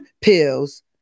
pills